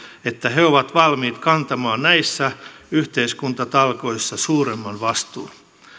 että he ovat valmiit kantamaan näissä yhteiskuntatalkoissa suuremman vastuun